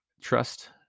trust